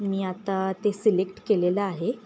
मी आता ते सिलेक्ट केलेलं आहे